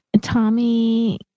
Tommy